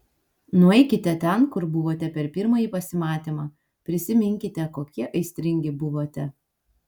nueikite ten kur buvote per pirmąjį pasimatymą prisiminkite kokie aistringi buvote